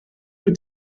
wyt